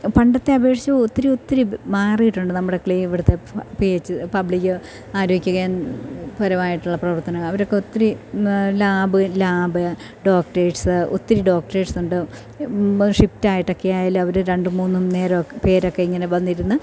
പണ്ടത്തെ അപേക്ഷിച്ച് ഒത്തിരിയൊത്തിരി മാറിയിട്ടുണ്ട് നമ്മുടെ ക്ലീ ഇവിടുത്തെ പി എച്ച് പബ്ലിക് ആരോഗ്യ പരമായിട്ടുള്ള പ്രവർത്തനം അവരൊക്കെ ഒത്തിരി ലാബ് ലാബ് ഡോക്ടേഴ്സ് ഒത്തിരി ഡോക്റ്റേഴ്സുണ്ട് ഷിഫ്റ്റായിട്ടൊക്കെയായാൽ അവർ രണ്ടും മൂന്നും നേരമൊക്കെ പേരൊക്കെ ഇങ്ങനെ വന്നിരുന്ന്